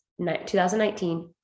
2019